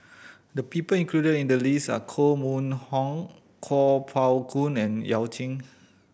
the people included in the list are Koh Mun Hong Kuo Pao Kun and Yao Zi